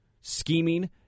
scheming